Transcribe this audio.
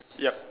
yup